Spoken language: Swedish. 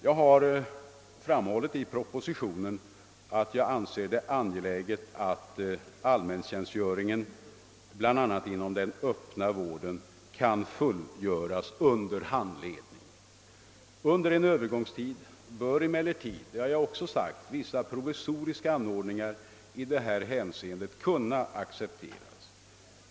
Jag har framhållit i propositionen att jag anser det angeläget att allmäntjänstgöringen bl.a. inom den öppna vården kan fullgöras under handledning. Under en övergångstid bör emellertid vissa provisoriska anordningar i detta hänseende kunna accepteras.